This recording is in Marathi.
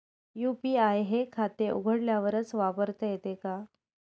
यू.पी.आय हे खाते उघडल्यावरच वापरता येते का?